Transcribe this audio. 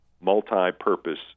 multi-purpose